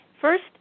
first